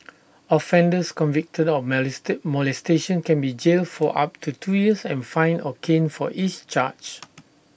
offenders convicted of molestation can be jailed for up to two years and fined or caned for each charge